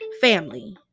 family